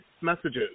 messages